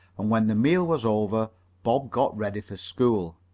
and when the meal was over bob got ready for school,